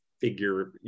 figure